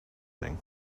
thing